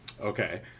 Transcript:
Okay